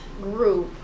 group